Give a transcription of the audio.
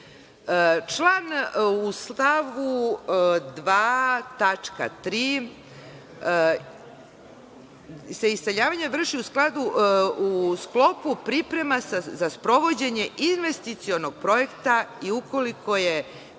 stavu 2. tačka 3) se iseljavanje vrši u sklopu priprema za sprovođenje investicionog projekta i ukoliko je